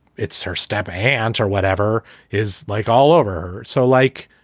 it's her step hand or whatever is like all over. so like.